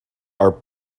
are